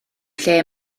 lle